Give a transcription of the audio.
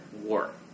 War